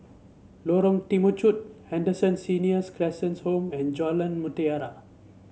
Lorong Temechut Henderson Senior Citizens' Home and Jalan Mutiara